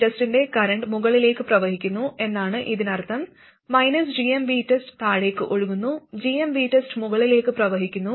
gmVTEST ന്റെ current മുകളിലേക്ക് പ്രവഹിക്കുന്നു എന്നാണ് ഇതിനർത്ഥം gmVTEST താഴേക്ക് ഒഴുകുന്നു gmVTEST മുകളിലേക്ക് പ്രവഹിക്കുന്നു